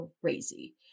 crazy